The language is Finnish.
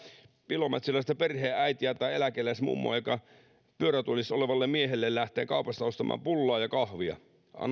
ilomantsilaista perheenäitiä tai eläkeläismummoa joka pyörätuolissa olevalle miehelleen lähtee kaupasta ostamaan pullaa ja kahvia